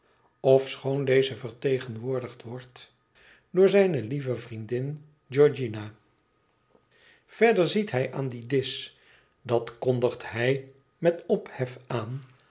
ofschoon deze vertegenwoordigd wordt door zijne lieve vriendin georgiana verder ziet hij aan dien disch dat kondigt hij met ophef aan